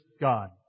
God